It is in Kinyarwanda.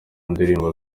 ndirimbo